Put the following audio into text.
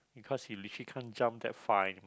because you literally can't jump that far